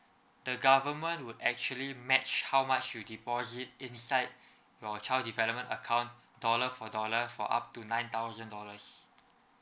the government would actually match how much you deposit inside your child development account dollar for dollar for up to nine thousand dollars